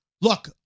look